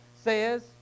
says